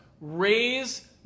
Raise